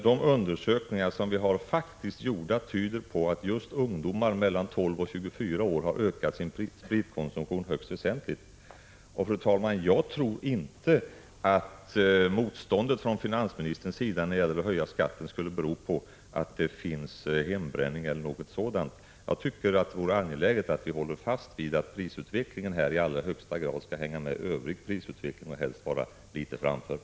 De undersökningar vi har tyder på att just ungdomar mellan 12 och 24 år ökat sin spritkonsumtion högst väsentligt. Fru talman! Jag tror inte att motståndet från finansministerns sida när det gäller att höja skatten skulle bero på förekomsten av hembränning och sådant. Jag tycker att det vore angeläget att hålla fast vid att prisutvecklingen på dessa varor i allra högsta grad skall hänga med övrig prisutveckling och helst vara litet brantare.